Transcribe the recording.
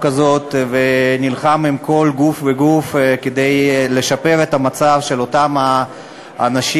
הזאת ונלחם עם כל גוף וגוף כדי לשפר את המצב של אותם האנשים,